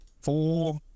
four